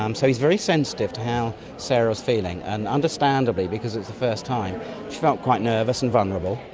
um so he's very sensitive to how sarah is feeling. and understandably, because it was the first time, she felt quite nervous and vulnerable,